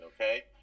okay